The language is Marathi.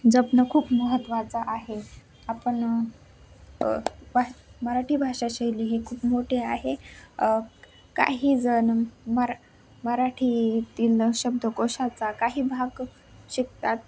जपणं खूप महत्त्वाचा आहे आपण भा मराठी भाषा शैली ही खूप मोठे आहे काही जण मरा मराठीतील शब्दकोशाचा काही भाग शिकतात